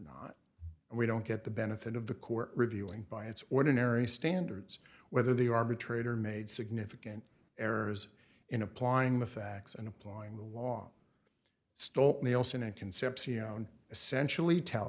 and we don't get the benefit of the court reviewing by its ordinary standards whether the arbitrator made significant errors in applying the facts and applying the law stolt nielson in concepcion essentially tell